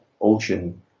ocean